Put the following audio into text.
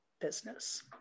business